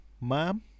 ma'am